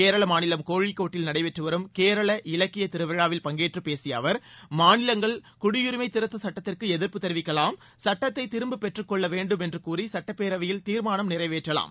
கேரள மாநிலம் கோழிக்கோட்டில் நடைபெற்று வரும் கேரள இலக்கிய திருவிழாவில் பங்கேற்று பேசிய அவர் மாநிலங்கள் குடியுரிமை திருத்தச் சுட்டத்திற்கு எதிர்ப்பு தெரிவிக்கலாம் சுட்டத்தை திரும்பப்பெற்றுக் கொள்ள வேண்டும் என்று கூறி சட்டப்பேரவையில் தீர்மானம் நிறைவேற்றலாம்